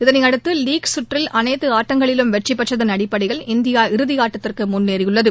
இதனையடுத்து லீக் கற்றில் அனைத்துஆட்டங்களிலும் வெற்றிபெற்றதன் அடிப்படையில் இந்தியா இறுதிஆட்டத்திற்குமுன்னேறியுள்ளது